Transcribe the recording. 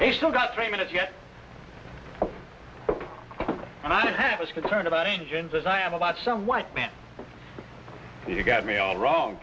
they still got three minutes yet and i was concerned about engines as i am about some white man you got me all wrong